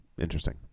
Interesting